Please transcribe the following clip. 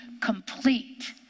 complete